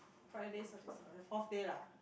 Friday the fourth day lah